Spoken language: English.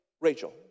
Rachel